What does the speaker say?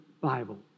Bible